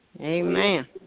Amen